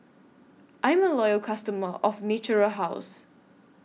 I'm A Loyal customer of Natura House